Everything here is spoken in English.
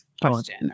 question